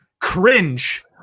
cringe